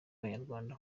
banyarwanda